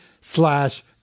slash